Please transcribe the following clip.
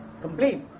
Complete